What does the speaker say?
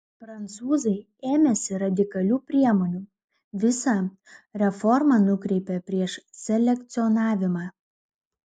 prancūzai ėmėsi radikalių priemonių visą reformą nukreipė prieš selekcionavimą